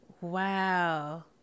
Wow